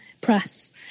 press